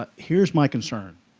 ah here is my concern